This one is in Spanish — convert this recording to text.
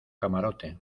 camarote